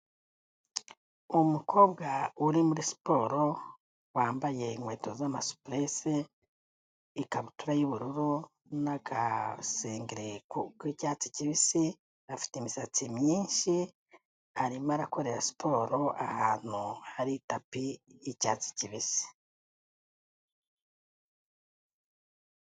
Umukobwa uri muri siporo, wambaye inkweto z'amasupuresi, ikabutura y'ubururu, n'agasengeri k'icyatsi kibisi, afite imisatsi myinshi, arimo arakorera siporo ahantu hari itapi y'icyatsi kibisi.